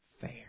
fair